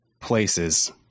places